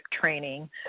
training